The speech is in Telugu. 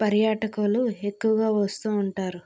పర్యాటకులు ఎక్కువగా వస్తూ ఉంటారు